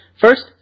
first